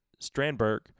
Strandberg